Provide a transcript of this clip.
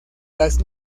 las